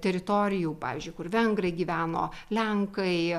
teritorijų pavyzdžiui kur vengrai gyveno lenkai